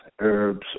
herbs